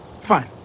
Fine